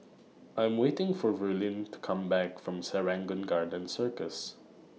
I Am waiting For Verlene to Come Back from Serangoon Garden Circus